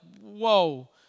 whoa